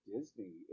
Disney